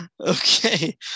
okay